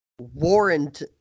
warrant